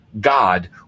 god